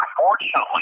unfortunately